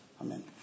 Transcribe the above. Amen